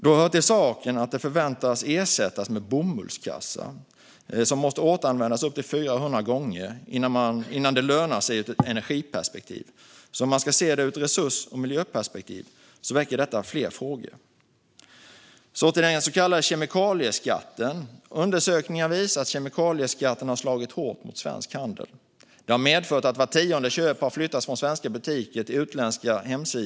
Då hör det till saken att plastpåsarna förväntas ersättas med bomullskassar som måste återanvändas upp till 400 gånger innan det lönar sig ur ett energiperspektiv. Så om man ska se detta ur ett resurs och miljöperspektiv väcker det fler frågor. Så till den så kallade kemikalieskatten. Undersökningar visar att kemikalieskatten har slagit hårt mot svensk handel. Den har medfört att vart tionde köp har flyttats från svenska butiker till utländska webbplatser.